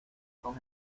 con